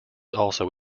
also